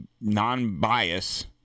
non-bias